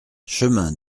chemin